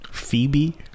phoebe